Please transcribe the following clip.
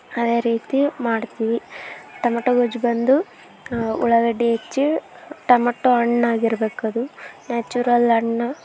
ಆ ರೀತಿ ಮಾಡ್ತೀವಿ ಟೊಮಟೊ ಗೊಜ್ಜು ಬಂದು ಉಳ್ಳಾಗಡ್ಡೆ ಹೆಚ್ಚಿ ಟೊಮಟೊ ಹಣ್ಣ್ ಆಗಿರ್ಬೇಕು ಅದು ನ್ಯಾಚುರಲ್ ಹಣ್ಣು